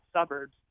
suburbs